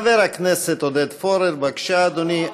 חבר הכנסת עודד פורר, בבקשה, אדוני.